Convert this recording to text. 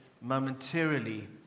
momentarily